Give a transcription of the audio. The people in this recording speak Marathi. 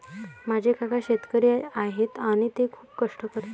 माझे काका शेतकरी आहेत आणि ते खूप कष्ट करतात